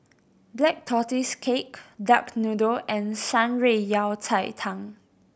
Black Tortoise Cake duck noodle and Shan Rui Yao Cai Tang